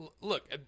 look